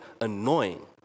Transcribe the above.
annoying